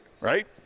right